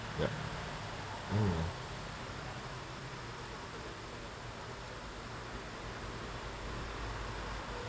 ya mmhmm